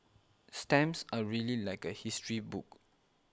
stamps are really like a history book